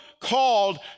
called